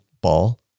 ball